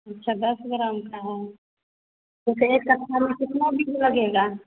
अच्छा दस ग्राम का है ओके एक में कितना बीज लगेगा